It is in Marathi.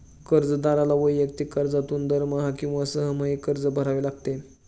कर्जदाराला वैयक्तिक कर्जातून दरमहा किंवा सहामाही कर्ज भरावे लागते